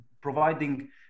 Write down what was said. providing